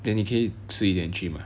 then 你可以迟一点去吗